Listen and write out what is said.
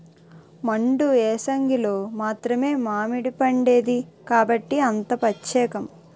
మండు ఏసంగిలో మాత్రమే మావిడిపండేది కాబట్టే అంత పచ్చేకం